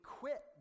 quit